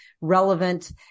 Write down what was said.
relevant